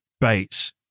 Bates